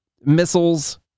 missiles